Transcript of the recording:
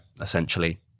essentially